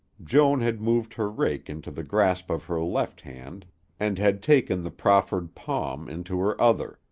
joan had moved her rake into the grasp of her left hand and had taken the proffered palm into her other,